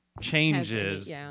changes